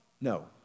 No